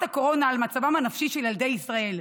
הקורונה על מצבם הנפשי של ילדי ישראל,